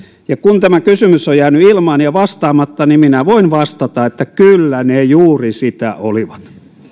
ja kun tämä kysymys on jäänyt ilmaan ja vastaamatta niin minä voin vastata että kyllä ne juuri sitä olivat